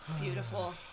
Beautiful